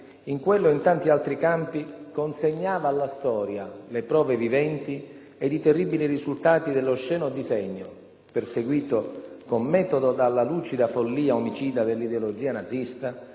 in quello e in tanti altri campi, consegnava alla storia le prove viventi ed i terribili risultati dell'osceno disegno - perseguito con metodo dalla lucida follia omicida dell'ideologia nazista